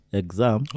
exam